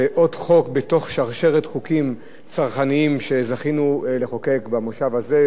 זה עוד חוק בשרשרת חוקים צרכניים שזכינו לחוקק במושב הזה,